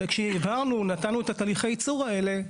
כשהבהרנו ונתנו את תהליכי הייצור האלה,